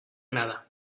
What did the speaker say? nada